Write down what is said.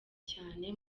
cyane